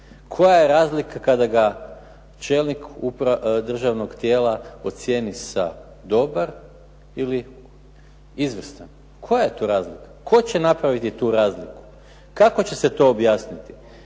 koja je razlika kada ga čelnik državnog tijela ocijeni sa dobar ili izvrstan. Koja je tu razlika, tko će napraviti tu razliku? Kako će se to objasniti?